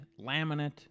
laminate